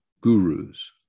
gurus